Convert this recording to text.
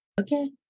Okay